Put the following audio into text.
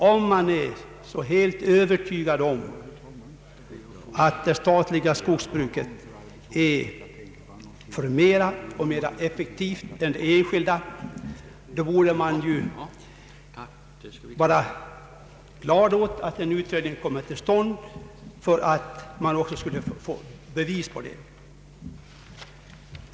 Om man är så helt övertygad om att det statliga skogsbruket är förmera och mer effektivt än det enskilda, då borde man vara glad över att en utredning kommer till stånd för att också få bevis för det.